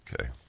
Okay